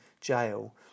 jail